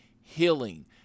healing